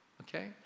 Okay